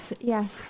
yes